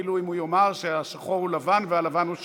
אפילו אם הוא יאמר שהשחור הוא לבן והלבן הוא שחור.